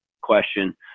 question